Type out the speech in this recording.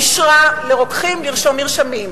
אישרה לרוקחים לרשום מרשמים.